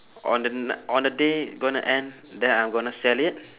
on the n~ on the day gonna end then I'm gonna sell it